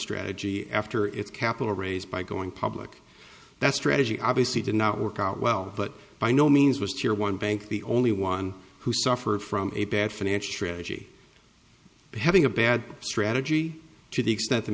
strategy after its capital raised by going public that strategy obviously did not work out well but by no means was your one bank the only one who suffered from a bad financial strategy having a bad strategy to the extent that